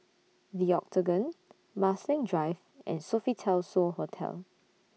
The Octagon Marsiling Drive and Sofitel So Hotel